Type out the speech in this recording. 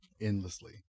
endlessly